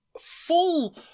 full